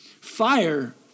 fire